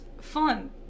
fun